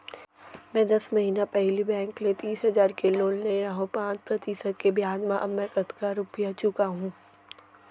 मैं दस महिना पहिली बैंक ले तीस हजार के लोन ले रहेंव पाँच प्रतिशत के ब्याज म अब मैं कतका रुपिया चुका हूँ?